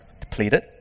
depleted